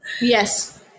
yes